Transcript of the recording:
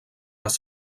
les